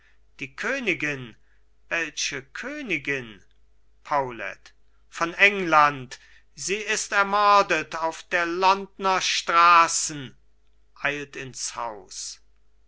die königin welche königin paulet von england sie ist ermordet auf der londner straßen eilt ins haus